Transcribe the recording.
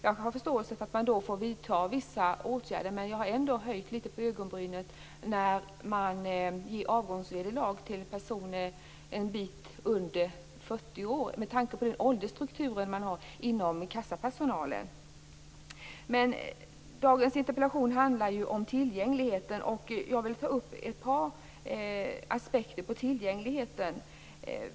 Jag har förståelse för att man då får vidta vissa åtgärder. Men jag har ändå höjt litet på ögonbrynen när man ger avgångsvederlag till personer litet under 40 år med tanke på åldersstrukturen inom kassapersonalen. Dagens interpellation handlar ju om tillgängligheten. Jag vill ta upp ett par aspekter på tillgänglighet.